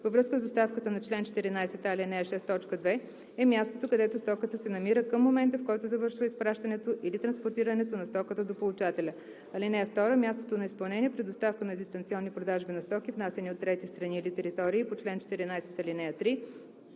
във връзка с доставката по чл. 14а, ал. 6, т. 2 е мястото, където стоката се намира към момента, в който завършва изпращането или транспортирането на стоката до получателя. (2) Мястото на изпълнение при доставка на дистанционни продажби на стоки, внасяни от трети страни или територии по чл. 14, ал. 3 и